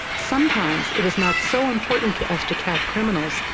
sometimes it is not so important to us to catch criminals,